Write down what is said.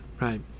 right